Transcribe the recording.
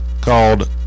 called